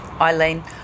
Eileen